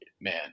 man